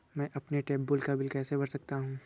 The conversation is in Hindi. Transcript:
मैं अपने ट्यूबवेल का बिल कैसे भर सकता हूँ?